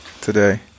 today